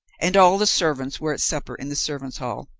and all the servants were at supper in the servants' hall.